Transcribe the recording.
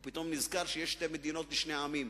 הוא פתאום נזכר שיש שתי מדינות לשני עמים.